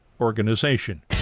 organization